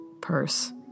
Purse